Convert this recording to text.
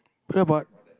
ya but